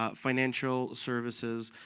ah financial services,